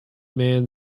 man